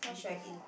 be careful